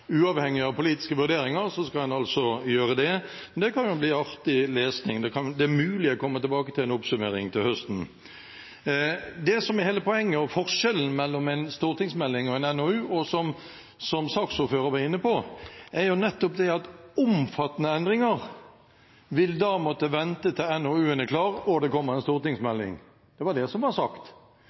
Uavhengig av politiske vurderinger skal en altså gjøre det. Det kan bli artig lesning. Det er mulig jeg kommer tilbake med en oppsummering til høsten. Det som er hele poenget, og som er forskjellen mellom en stortingsmelding og en NOU – som saksordføreren var inne på – er at omfattende endringer vil måtte vente til NOU-en er klar og det kommer en stortingsmelding. Det var det som ble sagt.